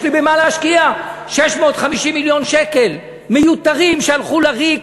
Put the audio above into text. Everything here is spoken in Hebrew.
יש לי במה להשקיע 650 מיליון שקל מיותרים שהלכו לריק,